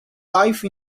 life